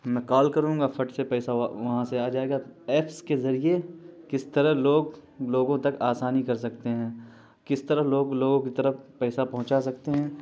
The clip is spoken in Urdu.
میں کال کروں گا فٹ سے پیسہ وہاں سے آ جائے گا ایپس کے ذریعے کس طرح لوگ لوگوں تک آسانی کر سکتے ہیں کس طرح لوگ لوگوں کی طرف پیسہ پہنچا سکتے ہیں